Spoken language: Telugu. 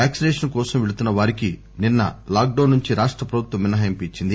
వ్యాక్సిసేషన్ కోసం పెళుతున్న వారికి నిన్న లాక్ డౌస్ నుంచి రాష్ట ప్రభుత్వం మినహాయింపు ఇచ్చింది